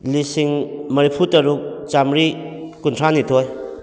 ꯂꯤꯁꯤꯡ ꯃꯔꯤꯐꯨ ꯇꯔꯨꯛ ꯆꯥꯝꯃꯔꯤ ꯀꯨꯟꯊ꯭ꯔꯥꯅꯤꯊꯣꯏ